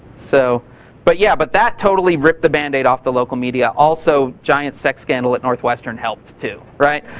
so but yeah. but that totally ripped the band-aid off the local media. also, giant sex scandal at northwestern helped, too right.